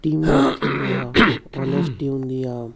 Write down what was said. teamwork थींदो आहे honesty हूंदी आहे